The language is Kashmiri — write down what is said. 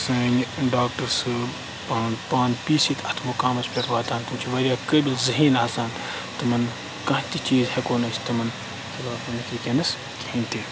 سٲنۍ ڈاکٹر صٲب پَنُن پان پیٖسِتھ اَتھ مُقامَس پٮ۪ٹھ واتان تِم چھِ واریاہ قٲبِل ذٔہیٖن آسان تِمَن کانٛہہ تہِ چیٖز ہیٚکو نہٕ أسۍ تِمَن تٔمِس کُنہِ تہِ